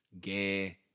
gay